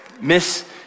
Miss